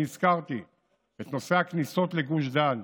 אני הזכרתי את נושא הכניסות לגוש דן.